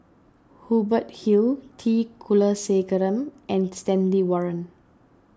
Hubert Hill T Kulasekaram and Stanley Warren